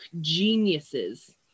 geniuses